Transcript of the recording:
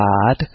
God